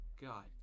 God